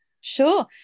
sure